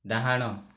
ଡାହାଣ